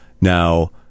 Now